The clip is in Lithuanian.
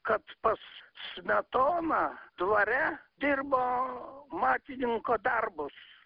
kad pas smetoną dvare dirbo matininko darbus